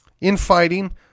infighting